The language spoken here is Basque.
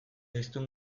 hiztun